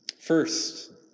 First